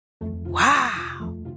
Wow